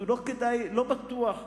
לא בטוח,